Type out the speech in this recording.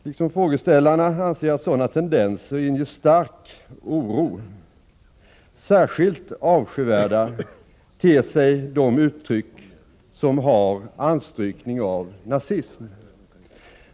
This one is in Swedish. Liksom frågeställarna anser jag att sådana tendenser inger stark oro. Särskilt avskyvärda ter sig de uttryck som har anstrykning av nazism.